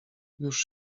już